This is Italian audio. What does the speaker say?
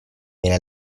viene